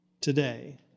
today